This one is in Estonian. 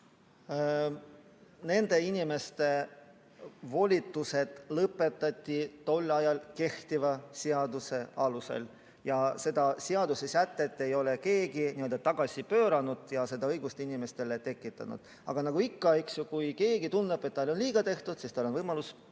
Nende inimeste volitused lõpetati tol ajal kehtiva seaduse alusel. Seda seadusesätet ei ole keegi n‑ö tagasi pööranud ega seda õigust inimestele tekitanud. Aga nagu ikka, kui keegi tunneb, et talle on liiga tehtud, siis tal on võimalus pöörduda